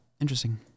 Interesting